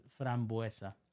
frambuesa